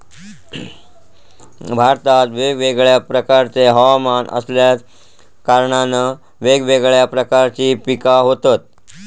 भारतात वेगवेगळ्या प्रकारचे हवमान असल्या कारणान वेगवेगळ्या प्रकारची पिका होतत